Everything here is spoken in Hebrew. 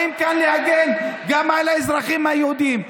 אנחנו באים להגן כאן גם על האזרחים היהודים,